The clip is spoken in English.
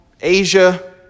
Asia